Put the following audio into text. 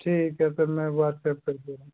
ठीक है सर मैं बात